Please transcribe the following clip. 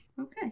Okay